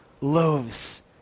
loaves